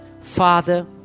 Father